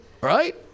right